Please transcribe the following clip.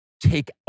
take